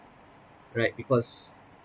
right because